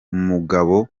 umugabo